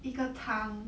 一个汤